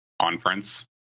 conference